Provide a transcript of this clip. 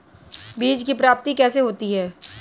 बीज की प्राप्ति कैसे होती है?